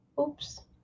Oops